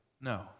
No